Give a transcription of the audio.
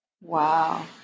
Wow